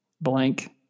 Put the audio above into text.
blank